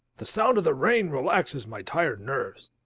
the sound of the rain relaxes my tired nerves.